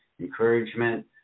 encouragement